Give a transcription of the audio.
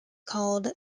called